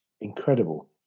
incredible